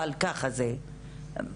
אבל ככה אומרים